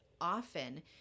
often